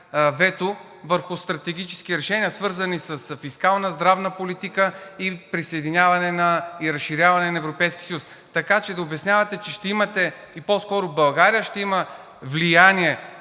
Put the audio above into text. върху стратегически решения, свързани с фискална, здравна политика и с присъединяване, и с разширяване на Европейския съюз. Така че да обяснявате, че ще имате – по-скоро България ще има влияние